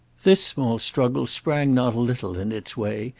this small struggle sprang not a little, in its way,